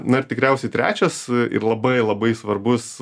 na ir tikriausiai trečias ir labai labai svarbus